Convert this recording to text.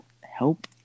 help